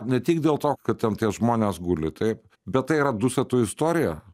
ne tik dėl to kad ten tie žmonės guli taip bet tai yra dusetų istorija